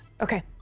Okay